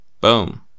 Boom